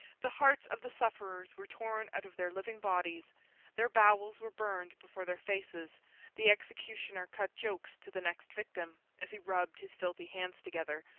the hearts of the sufferers were torn out of their living bodies their bowels were burned before their faces the executioner cut jokes to the next victim, as he rubbed his filthy hands together,